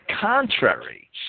contrary